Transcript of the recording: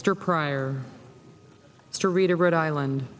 stor prior to reader rhode island